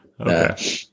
Okay